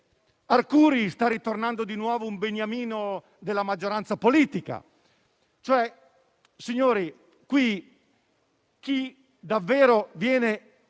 Arcuri sta tornando di nuovo a essere un beniamino della maggioranza politica. Signori, qui chi davvero viene